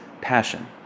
passion